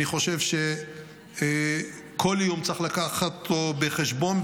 אני חושב שצריך לקחת כל איום בחשבון,